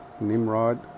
Nimrod